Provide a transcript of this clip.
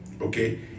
Okay